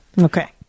Okay